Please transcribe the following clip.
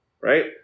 Right